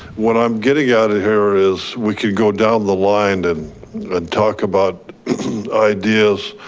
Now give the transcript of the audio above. what i'm getting at here is, we could go down the line and and talk about ideas.